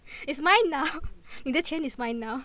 it's mine now 你的钱 is mine now